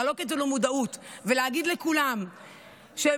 להעלות את זה למודעות ולהגיד לכולם שהבריאות